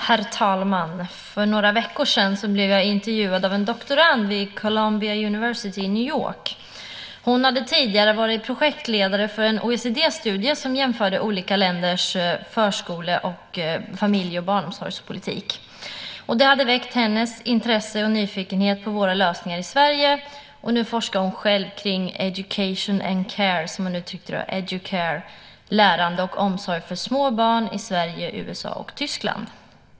Herr talman! För några veckor sedan blev jag intervjuad av en doktorand vid Columbia University i New York. Hon hade tidigare varit projektledare för en OECD-studie som jämförde olika länders förskole-, familje och barnomsorgspolitik. Det hade väckt hennes intresse för och nyfikenhet på våra lösningar i Sverige, och nu forskar hon själv kring education and care - educare - som hon uttryckte det, det vill säga lärande och omsorg om små barn i Sverige, USA och Tyskland.